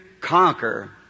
conquer